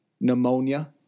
pneumonia